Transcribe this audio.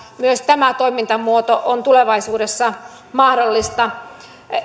myös tämä toimintamuoto on tulevaisuudessa mahdollista